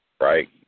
Right